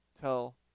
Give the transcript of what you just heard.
tell